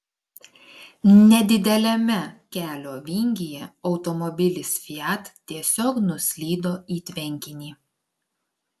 nedideliame kelio vingyje automobilis fiat tiesiog nuslydo į tvenkinį